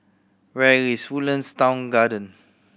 where is Woodlands Town Garden